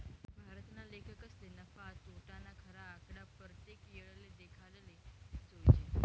भारतना लेखकसले नफा, तोटाना खरा आकडा परतेक येळले देखाडाले जोयजे